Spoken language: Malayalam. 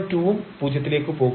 ϵ2 ഉം പൂജ്യത്തിലേക്ക് പോകും